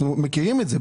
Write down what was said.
אנחנו מכירים את זה,